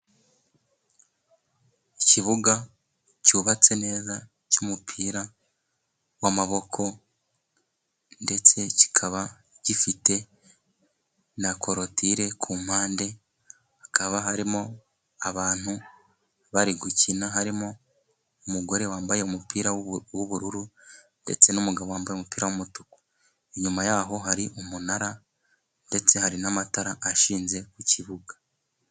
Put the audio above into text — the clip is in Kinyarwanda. Ikibuga cyubatse neza cy'umupira w'amaboko, ndetse kikaba gifite na korotire ku mpande, hakaba harimo abantu bari gukina harimo umugore wambaye umupira w'ubururu, ndetse n'umugabo wambaye umupira w'umutuku. Inyuma yaho hari umunara ndetse hari n'amatara ashinze ku kibuga.